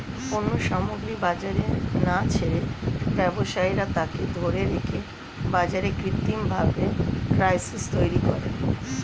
পণ্য সামগ্রী বাজারে না ছেড়ে ব্যবসায়ীরা তাকে ধরে রেখে বাজারে কৃত্রিমভাবে ক্রাইসিস তৈরী করে